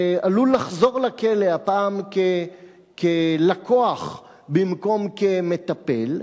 ועלול לחזור לכלא, הפעם כלקוח במקום כמטפל,